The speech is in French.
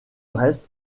reste